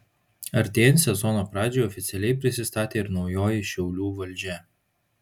artėjant sezono pradžiai oficialiai prisistatė ir naujoji šiaulių valdžia